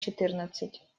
четырнадцать